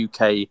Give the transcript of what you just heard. uk